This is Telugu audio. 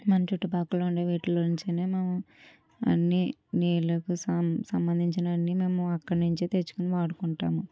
మన చుట్టూ పక్కల ఉండే వీటిలో నుంచే మనం అన్ని నీళ్ళకు సంబంధించినవి అన్నీ మేము అక్కడి నుంచే తెచ్చుకొని వాడుకుంటాము